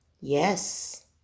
Yes